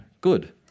good